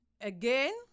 again